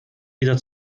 wieder